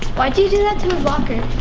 why'd you do that to his locker?